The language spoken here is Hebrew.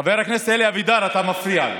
חבר הכנסת אלי אבידר, אתה מפריע.